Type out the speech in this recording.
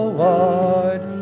wide